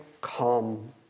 come